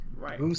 Right